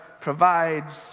provides